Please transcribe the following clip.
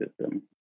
system